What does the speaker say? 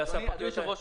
אדוני היושב ראש,